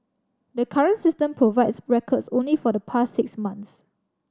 the current system provides records only for the past six months